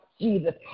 Jesus